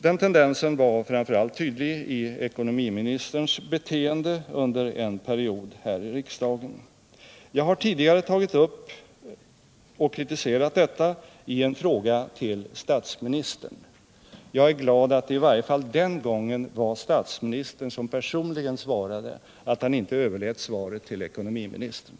Denna tendens var tydlig i framför allt ekonoministerns beteende under en period här i riksdagen. Jag har tidigare tagit upp och kritiserat detta i en fråga till statsministern. Jag är glad att statsministern i varje fall den gången personligen svarade och inte överlät svaret till ekonomiministern.